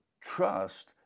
Trust